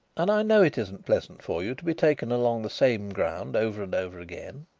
and i know it isn't pleasant for you to be taken along the same ground over and over again.